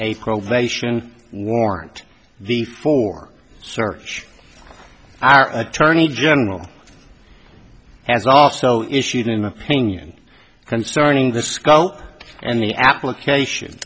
a probation warrant before search our attorney general has also issued an opinion concerning the skull and the application